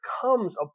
comes